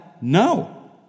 No